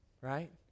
right